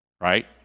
Right